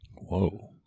Whoa